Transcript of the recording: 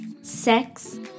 sex